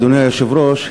אדוני היושב-ראש,